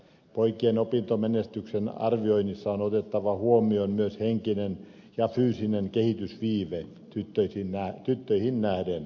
poikien opintomenestyksen arvioinnissa on otettava huomioon myös henkinen ja fyysinen kehitysviive tyttöihin nähden